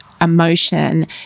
emotion